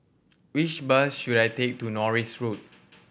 which bus should I take to Norris Road